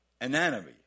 anatomy